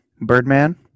birdman